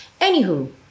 Anywho